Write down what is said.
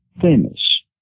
famous